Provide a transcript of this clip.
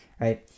right